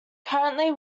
currently